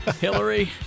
Hillary